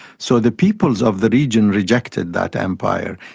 so the peoples of the region rejected that empire,